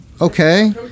okay